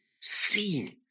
seen